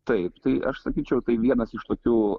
taip tai aš sakyčiau tai vienas iš tokių